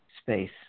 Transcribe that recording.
space